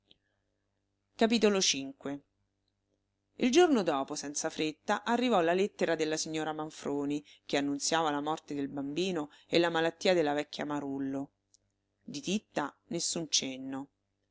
l'aggressione patita il giorno dopo senza fretta arrivò la lettera della signora manfroni che annunziava la morte del bambino e la malattia della vecchia marullo di titta nessun cenno